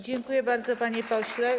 Dziękuję bardzo, panie pośle.